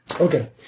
Okay